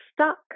stuck